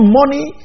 money